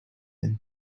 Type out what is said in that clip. been